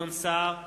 גדעון סער,